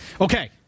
Okay